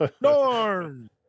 norm